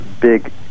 big